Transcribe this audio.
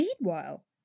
Meanwhile